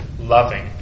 loving